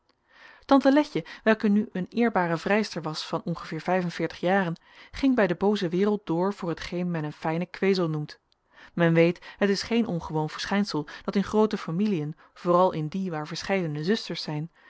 tante letje welke nu eene eerbare vrijster was van ongeveer vijfenveertig jaren ging bij de booze wereld door voor hetgeen men eene fijne kwezel noemt men weet het is geen ongewoon verschijnsel dat in groote familiën vooral in die waar verscheidene zusters zijn